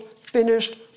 finished